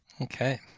Okay